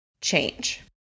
change